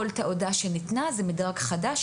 כל תעודה שניתנה; זהו מדרג חדש,